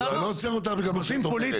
אני לא עוצר אותך בגלל מה שאת אומרת.